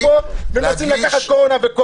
להגיש ----- אנחנו לא נמצאים פה ומנסים לקחת קורונה בכוח.